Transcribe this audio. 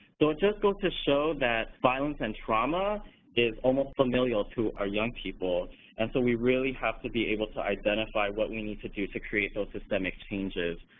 so it just goes to show that violence and trauma is almost familial to our young people and so we really have to be able to identify what we need to do to create those systemic changes.